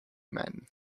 men